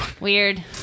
Weird